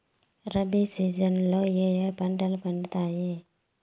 rabi season లో ఏ ఏ పంటలు పండుతాయి